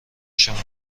شمرد